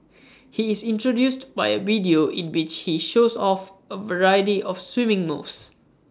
he is introduced by A video in which he shows off A variety of swimming moves